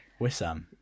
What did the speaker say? Wissam